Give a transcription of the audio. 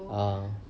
uh